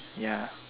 ya